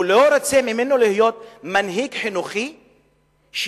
הוא לא רוצה ממנו שיהיה מנהיג חינוכי שיגן